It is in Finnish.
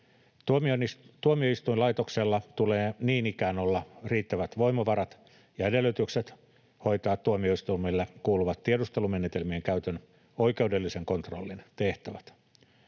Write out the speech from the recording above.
Tuomioistuinlaitoksella tulee niin ikään olla riittävät voimavarat ja edellytykset hoitaa tuomioistuimille kuuluvat tiedustelumenetelmien käytön oikeudellisen kontrollin tehtävät.